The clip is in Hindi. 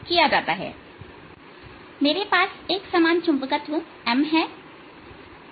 यदि मेरे पास एक समान चुंबकत्व M है